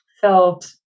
felt